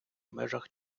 межах